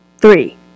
three